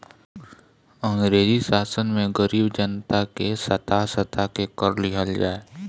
अंग्रेजी शासन में गरीब जनता के सता सता के कर लिहल जाए